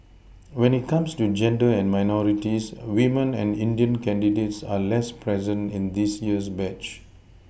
when it comes to gender and minorities women and indian candidates are less present in this year's batch